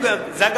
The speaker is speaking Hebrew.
זה,